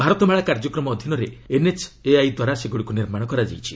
ଭାରତମାଳା କାର୍ଯ୍ୟକ୍ରମ ଅଧୀନରେ ଏନ୍ଏଚ୍ଏଆଇଦ୍ୱାରା ସେଗୁଡ଼ିକୁ ନିର୍ମାଣ କରାଯାଇଛି